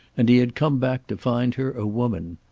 and he had come back to find her, a woman.